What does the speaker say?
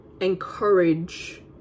encourage